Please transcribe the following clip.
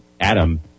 Adam